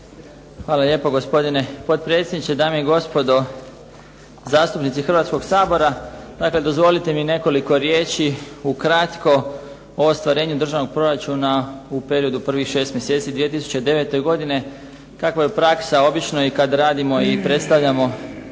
Hvala lijepo gospodine potpredsjedniče. Dame i gospodo zastupnici hrvatskog Sabora dakle dozvolite mi nekoliko riječi ukratko o ostvarenju državnog proračuna u periodu prvih 6 mjeseci 2009. godine. Kakva je praksa obično i kad radimo i predstavljamo proračun,